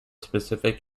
specific